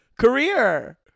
career